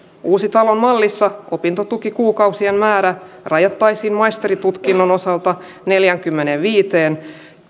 uusitalon mallissa opintotukikuukausien määrä rajattaisiin maisterintutkinnon osalta neljäänkymmeneenviiteen